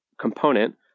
component